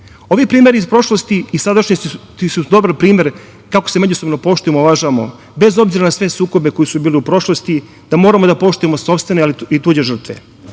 primeri iz prošlosti i sadašnjosti su dobar primer kako se međusobno poštujemo i uvažavamo, bez obzira na sve sukobe koji su bili u prošlosti, da moramo da poštujemo sopstvene ali i tuđe žrtve,